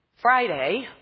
Friday